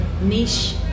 niche